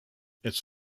its